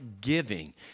Giving